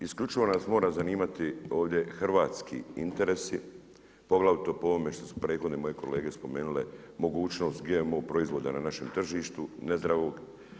Isključivo nas mora zanimati hrvatski interesi, poglavito po ovome što su prethodne moje kolege spomenule, mogućnost GMO proizvoda na našem tržištu nezdravog.